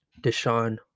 Deshaun